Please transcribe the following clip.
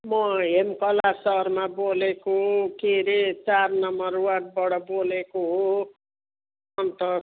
म हेमकला शर्मा बोलेको के हरे चार नम्बर वार्डबाट बोलेको हो अन्त